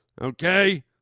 Okay